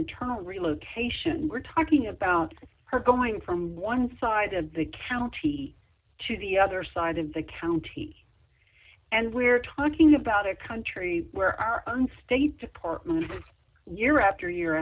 internal relocation we're talking about her going from one side of the county to the other side of the county and we're talking about a country where our own state department year after year